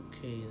Okay